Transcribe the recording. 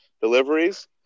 deliveries